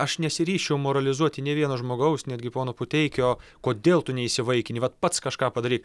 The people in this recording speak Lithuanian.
aš nesiryžčiau moralizuoti nė vieno žmogaus netgi pono puteikio kodėl tu neįsivaikinti vat pats kažką padaryk